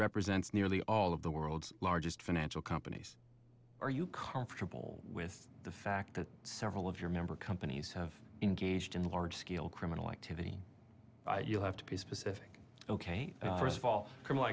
represents nearly all of the world's largest financial companies are you comfortable with the fact that several of your member companies have engaged in large scale criminal activity you have to be specific ok first of all criminal